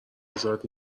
ازاد